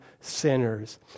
sinners